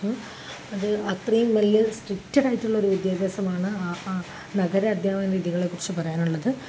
അത് അത്രയും വലിയ സ്ട്രിക്ട് ആയിട്ടുള്ള ഒരു വിദ്യാഭ്യാസമാണ് ആ ആ നഗര അധ്യാപന രീതികളെക്കുറിച്ച് പറയാനുള്ളത്